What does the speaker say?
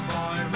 Boy